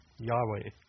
Yahweh